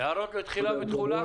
לתחילה ותחולה?